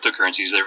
cryptocurrencies